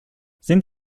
sind